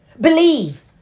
Believe